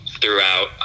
throughout